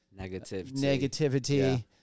negativity